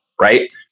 right